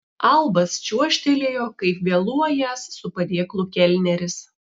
albas čiuožtelėjo kaip vėluojąs su padėklu kelneris